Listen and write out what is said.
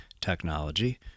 technology